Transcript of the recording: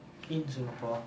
in singapore